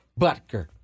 Butker